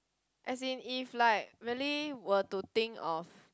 as in if like really were to think of